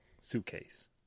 suitcase